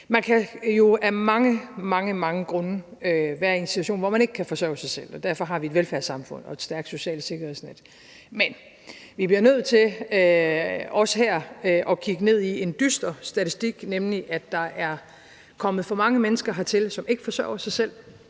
Man kan jo af mange, mange grunde være i en situation, hvor man ikke kan forsørge sig selv, og derfor har vi et velfærdssamfund og et stærkt socialt sikkerhedsnet. Men vi bliver nødt til også her at kigge ned i en dyster statistik, nemlig at der er kommet for mange mennesker hertil, som ikke forsørger sig selv,